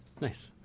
Nice